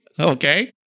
Okay